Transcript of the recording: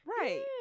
Right